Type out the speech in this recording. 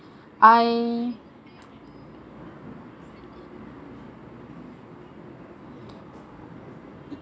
I